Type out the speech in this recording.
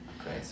Okay